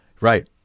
right